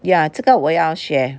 ya 这个我要学